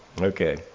Okay